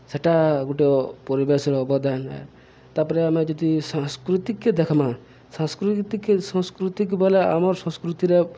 ସେଟା ଗୁଟେ ପରିବେଶ୍ର ଅବଦାନ୍ ଏ ତାପରେ ଆମେ ଯଦି ସାଂସ୍କୃତିକେ ଦେଖ୍ମା ସାଂସ୍କୃତିକେ ସଂସ୍କୃତିକ ବଲେ ଆମର୍ ସଂସ୍କୃତିରେ